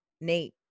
Nate